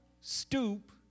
stoop